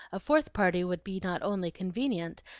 a fourth party would be not only convenient,